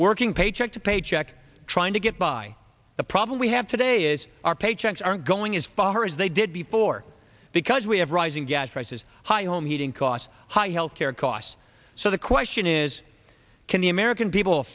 working paycheck to paycheck trying to get by the problem we have today is our paychecks aren't going as far as they did before because we have rising gas prices high home heating costs high health care costs so the question is can the american people